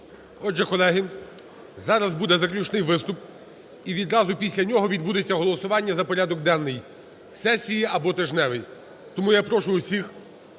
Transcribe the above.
Отже, колеги, зараз буде заключний виступ і відразу після нього відбудеться голосування за порядок денний сесії або тижневий. Тому я прошу усіх